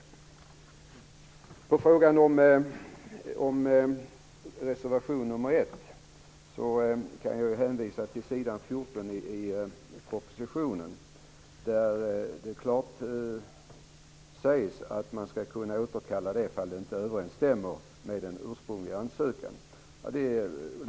Vad beträffar reservation 1 kan jag hänvisa till s. 14 i propositionen, där det klart sägs att man skall kunna återkalla licensen ifall användningen inte överensstämmer med den ursprungliga ansökan.